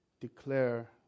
Declare